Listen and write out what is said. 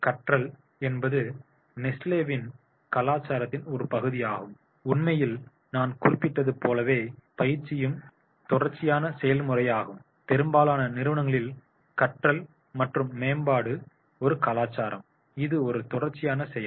கற்றல் என்பது நெஸ்லேவின் கலாச்சாரத்தின் ஒரு பகுதியாகும் உண்மையில் நான் குறிப்பிட்டது போலவே பயிற்சியும் தொடர்ச்சியான செயல்முறையாகும் பெரும்பாலான நிறுவனங்களில் கற்றல் மற்றும் மேம்பாடு ஒரு கலாச்சாரம் இது ஒரு தொடர்ச்சியான செயல்